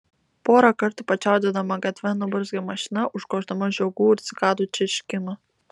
porą kartų pačiaudėdama gatve nuburzgė mašina užgoždama žiogų ir cikadų čirškimą